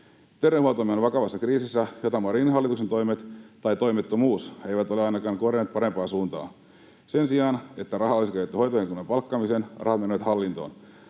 Terveydenhuoltomme on vakavassa kriisissä, jota Marinin hallituksen toimet, tai toimettomuus, eivät ole ainakaan korjanneet parempaan suuntaan. Sen sijaan, että rahaa olisi käytetty hoitohenkilökunnan palkkaamiseen, rahat menevät hallintoon.